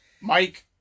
Mike